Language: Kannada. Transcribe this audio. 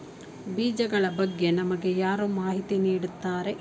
ಬೀಜಗಳ ಬಗ್ಗೆ ನಮಗೆ ಯಾರು ಮಾಹಿತಿ ನೀಡುತ್ತಾರೆ?